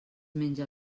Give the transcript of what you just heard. menja